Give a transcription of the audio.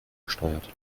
besteuert